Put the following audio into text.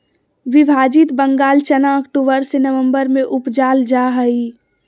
विभाजित बंगाल चना अक्टूबर से ननम्बर में उपजाल जा हइ